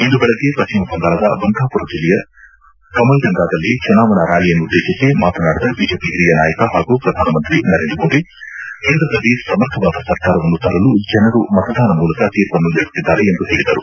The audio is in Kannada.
ಇಂದು ಬೆಳಗ್ಗೆ ಪಶ್ಚಿಮ ಬಂಗಾಳದ ಬಂಕಾಪುರ ಜಿಲ್ಲೆಯ ಕಮಲ್ಡಂಗಾದಲ್ಲಿ ಚುನಾವಣಾ ರ್ನಾಲಿಯನ್ನುದ್ದೇತಿಸಿ ಮಾತನಾಡಿದ ಬಿಜೆಪಿ ಹಿರಿಯ ನಾಯಕ ಹಾಗೂ ಪ್ರಧಾನಮಂತ್ರಿ ನರೇಂದ್ರ ಮೋದಿ ಕೇಂದ್ರದಲ್ಲಿ ಸಮರ್ಥವಾದ ಸರ್ಕಾರವನ್ನು ತರಲು ಜನರು ಮತದಾನ ಮೂಲಕ ತೀರ್ಪನ್ನು ನೀಡುತ್ತಿದ್ದಾರೆ ಎಂದು ಹೇಳಿದರು